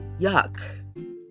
yuck